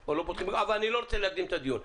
או לא פותחים אבל אני לא רוצה להקדים את הדיון.